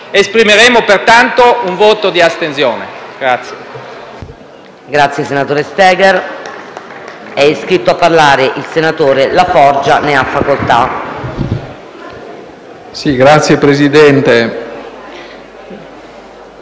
Esprimeremo pertanto un voto d'astensione.